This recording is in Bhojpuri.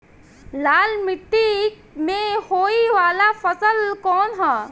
लाल मीट्टी में होए वाला फसल कउन ह?